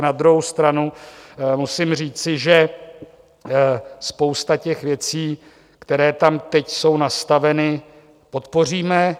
Na druhou stranu musím říci, že spoustu těch věcí, které tam teď jsou nastaveny, podpoříme.